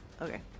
Okay